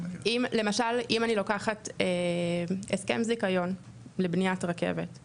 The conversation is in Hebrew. למשל אם אני לוקח הסכם זיכיון לבניית רכבת.